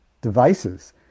devices